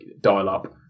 dial-up